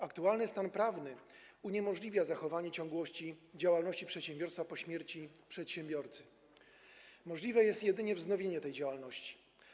Aktualny stan prawny uniemożliwia zachowanie ciągłości działalności przedsiębiorstwa po śmierci przedsiębiorcy, możliwe jest jedynie wznowienie tej działalności.